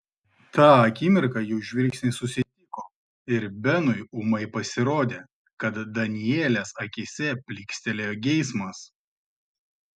tą akimirką jų žvilgsniai susitiko ir benui ūmai pasirodė kad danielės akyse plykstelėjo geismas